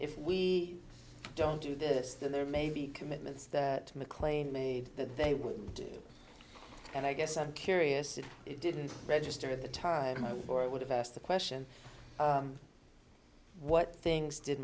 if we don't do this that there may be commitments that mclean that they would do and i guess i'm curious if it didn't register at the time or i would have asked the question what things did